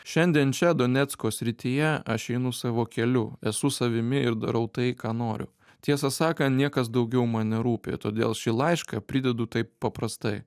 šiandien čia donecko srityje aš einu savo keliu esu savimi ir darau tai ką noriu tiesą sakant niekas daugiau man nerūpi todėl šį laišką pridedu taip paprastai